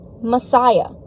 messiah